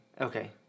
Okay